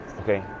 okay